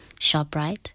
ShopRite